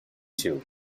too